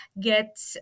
get